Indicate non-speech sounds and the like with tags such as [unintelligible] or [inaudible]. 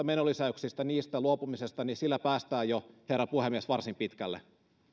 [unintelligible] menolisäyksistä luopumisen kautta päästään jo herra puhemies varsin pitkälle